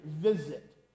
visit